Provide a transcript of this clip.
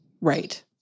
Right